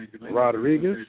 Rodriguez